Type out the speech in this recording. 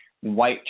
white